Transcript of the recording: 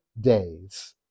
days